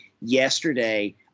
yesterday